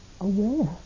aware